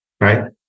right